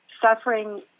Suffering